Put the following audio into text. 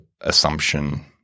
assumption